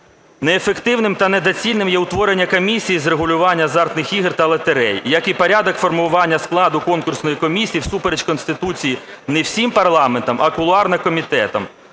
Неефективним та недоцільним є утворення комісії з регулювання азартних ігор та лотерей, як і порядок формування складу конкурсної комісії всупереч Конституції не всім парламентом, а кулуарно комітетом.